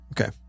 Okay